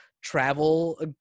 travel